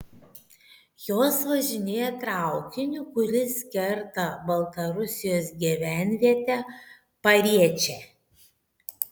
jos važinėja traukiniu kuris kerta baltarusijos gyvenvietę pariečę